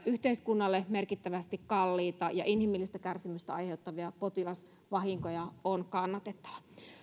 yhteiskunnalle merkittävästi kalliita ja inhimillistä kärsimystä aiheuttavia potilasvahinkoja on kannatettava